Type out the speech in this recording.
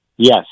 Yes